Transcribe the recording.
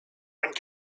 wind